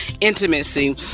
intimacy